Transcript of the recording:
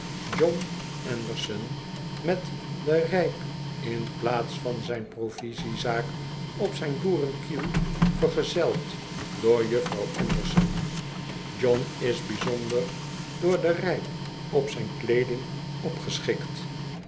anderson met den rijp in plaats van zijn provisiezaak op zijn boerenkiel vergezeld door juffrouw anderson john is bijzonder door den rijp op zijn kleeding opgeschikt